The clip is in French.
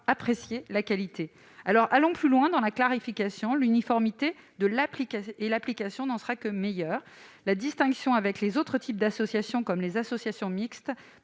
appréciera la qualité. Allons plus loin dans la clarification ; l'uniformité et l'application n'en seront que meilleures et la distinction avec les autres types d'associations, comme les associations mixtes,